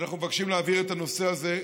שאנחנו מבקשים להעביר את הנושא הזה,